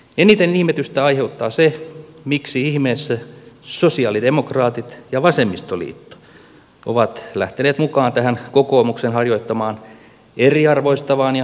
eniten ihmetystä aiheuttaa se miksi ihmeessä sosialidemokraatit ja vasemmistoliitto ovat lähteneet mukaan tähän kokoomuksen harjoittamaan eriarvoistavaan ja keskittävään politiikkaan